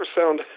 sound